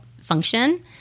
function